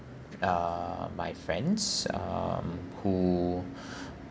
uh my friends um who